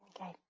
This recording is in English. Okay